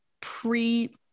pre